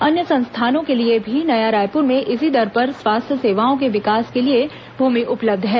अन्य संस्थानों के लिए भी नया रायपुर में इसी दर पर स्वास्थ्य सेवाओं के विकास के लिए भूमि उपलब्ध है